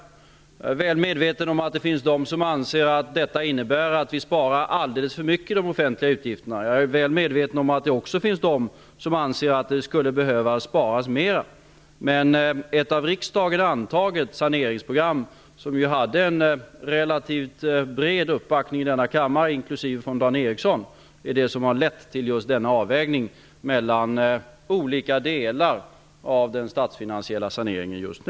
Jag är väl medveten om att det finns de som anser att detta innebär att vi sparar alldeles för mycket i de offentliga utgifterna. Jag är väl medveten om att det också finns de som anser att det skulle behövas sparas mera. Det är, som sagt, ett av riksdagen antaget saneringsprogram -- som hade en relativt bred uppbackning i denna kammare, även av Dan Eriksson i Stockholm -- som har lett till denna avvägning mellan olika delar av den statsfinansiella saneringen just nu.